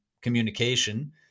communication